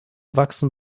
wachsen